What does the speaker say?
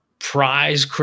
prize